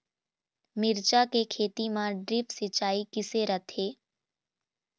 मिरचा के खेती म ड्रिप सिचाई किसे रथे?